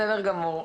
בסדר גמור.